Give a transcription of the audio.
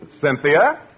Cynthia